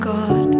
God